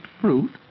fruit